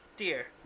Dear